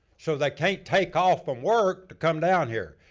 so, they can't take off from work to come down here.